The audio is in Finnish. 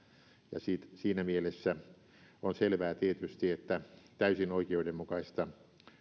ja siinä mielessä on selvää tietysti että täysin oikeudenmukaista